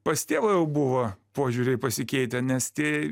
pas tėvą jau buvo požiūriai pasikeitę nes tie